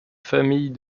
famille